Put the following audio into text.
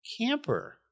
camper